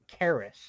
Karis